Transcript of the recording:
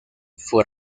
fue